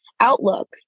outlook